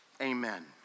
Amen